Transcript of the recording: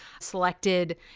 selected